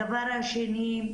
דבר שני,